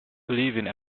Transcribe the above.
believing